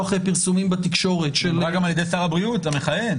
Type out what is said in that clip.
פרסומים בתקשורת --- היא נאמרה גם על ידי שר הבריאות המכהן.